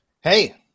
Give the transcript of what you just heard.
Hey